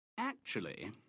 Actually